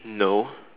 no